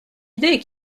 idée